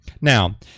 Now